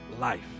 life